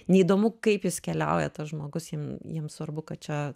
neįdomu kaip jis keliauja tas žmogus jiem jiem svarbu kad čia